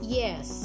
yes